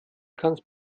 kannst